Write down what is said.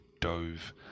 dove